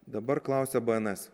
dabar klausia bns